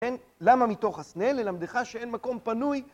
כן, למה מתוך הסנה? ללמדך שאין מקום פנוי